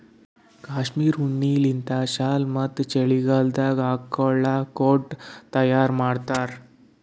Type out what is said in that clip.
cashmere ಉಣ್ಣಿಲಿಂತ್ ಶಾಲ್ ಮತ್ತ್ ಚಳಿಗಾಲದಾಗ್ ಹಾಕೊಳ್ಳ ಕೋಟ್ ತಯಾರ್ ಮಾಡ್ತಾರ್